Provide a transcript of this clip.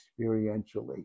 experientially